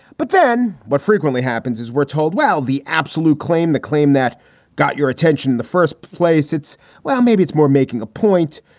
but then what frequently happens is we're told, well, the absolu claim, the claim that got your attention in the first place, it's well, maybe it's more making a point,